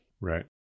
Right